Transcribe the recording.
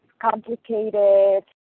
complicated